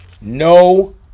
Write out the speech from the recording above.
no